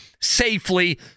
safely